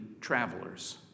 travelers